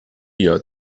یاد